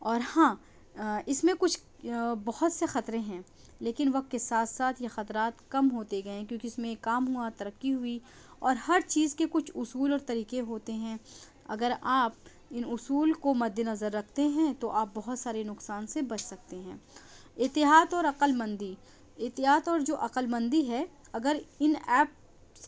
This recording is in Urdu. اور ہاں اس میں کچھ بہت سے خطرے ہیں لیکن وقت کے ساتھ ساتھ یہ خطرات کم ہوتے گئے ہیں کیوں کہ اس میں کام ہوا ترقی ہوئی اور ہر چیز کے کچھ اصول اور طریقے ہوتے ہیں اگر آپ ان اصول کو مد نظر رکھتے ہیں تو آپ بہت سارے نقصان سے بچ سکتے ہیں احتیاط اور عقل مندی احتیاط اور جو عقل مندی ہے اگر ان ایپس